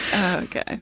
Okay